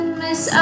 miss